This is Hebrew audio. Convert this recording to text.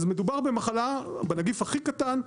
אז מדובר במחלה בנגיף הכי קטן,